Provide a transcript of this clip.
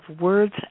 words